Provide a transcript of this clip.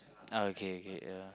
oh okay okay yeah